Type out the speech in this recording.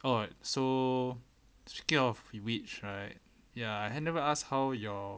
oh so speaking of which right ya I had never ask how your